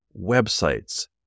websites